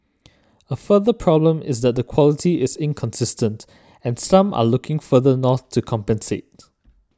a further problem is that the quality is inconsistent and some are looking further north to compensate